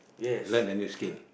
learn any skill